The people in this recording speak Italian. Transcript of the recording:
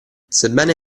sebbene